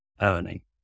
earning